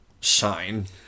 Shine